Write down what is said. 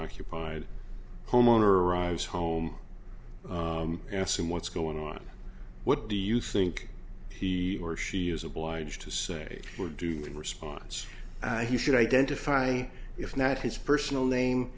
occupied homeowner arrives home ask him what's going on what do you think he or she is obliged to say or do in response he should identify if not his personal name